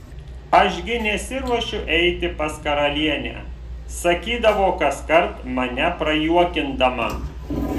aš gi nesiruošiu eiti pas karalienę sakydavo kaskart mane prajuokindama